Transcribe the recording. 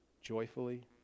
joyfully